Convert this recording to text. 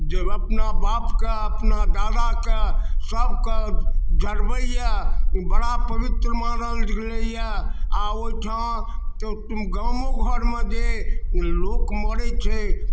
जब अपना बापके अपना दादाके सबके जरबैए बड़ा पवित्र मानल गेल अइ आओर ओहिठाम गामेघरमे लोक मरै छै